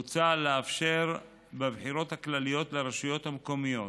מוצע לאפשר בבחירות הכלליות לרשויות המקומיות